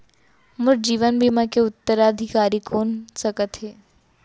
मोर जीवन बीमा के उत्तराधिकारी कोन सकत हे?